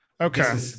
okay